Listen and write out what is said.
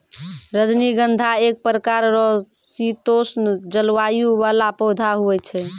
रजनीगंधा एक प्रकार रो शीतोष्ण जलवायु वाला पौधा हुवै छै